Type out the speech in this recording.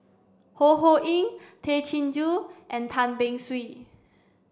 Ho Ho Ying Tay Chin Joo and Tan Beng Swee